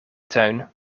tuin